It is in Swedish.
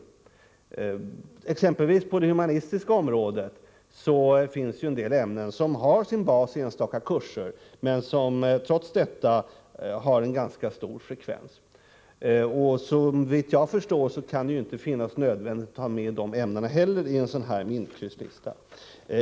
Exempelvis inom det humanistiska området finns det en del ämnen som har sin bas i enstaka kurser, men som trots detta har en ganska stor frekvens. Såvitt jag förstår kan det inte vara nödvändigt att ta med sådana ämnen i minikrysslistan.